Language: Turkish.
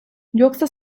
yoksa